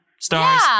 Stars